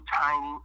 tiny